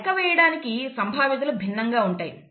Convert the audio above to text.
లెక్క వేయడానికి సంభావ్యతలు భిన్నంగా ఉంటాయి